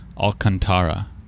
Alcantara